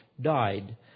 died